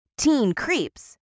TeenCreeps